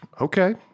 Okay